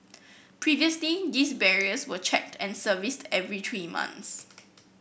previously these barriers were checked and serviced every three months